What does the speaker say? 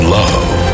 love